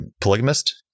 polygamist